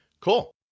Cool